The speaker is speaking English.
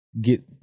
get